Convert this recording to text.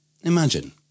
imagine